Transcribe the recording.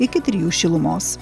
iki trijų šilumos